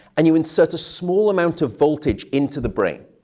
and you insert a small amount of voltage into the brain,